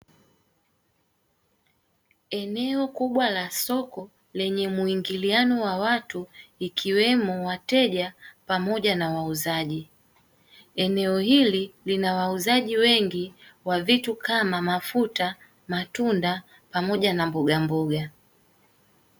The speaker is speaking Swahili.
Eneo kubwa la soko lenye muingiliano wa watu ikiwemo wateja pamoja na wauzaji, eneo hili lina wauzaji wengi wa vitu kama mafuta, matunda pamoja na mbogamboga.